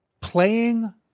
playing